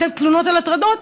יותר תלונות על הטרדות,